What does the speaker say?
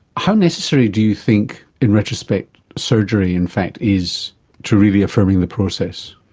how necessary do you think, in retrospect, surgery in fact is to really affirming the process?